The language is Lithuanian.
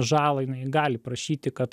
žalą jinai gali prašyti kad